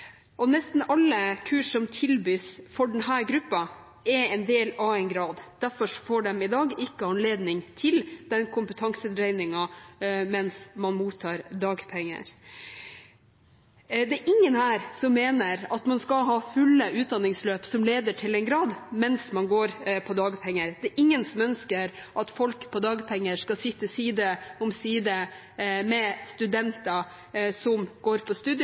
Nesten alle kurs som tilbys denne gruppen, er del av en grad. Derfor får de i dag ikke anledning til den kompetansedreiningen mens de mottar dagpenger. Det er ingen her som mener at man skal ha fulle utdanningsløp som leder til en grad mens man går på dagpenger. Det er ingen som ønsker at folk som går på dagpenger, skal sitte side om side med studenter som